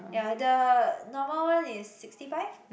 ya the normal one is sixty five